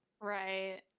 right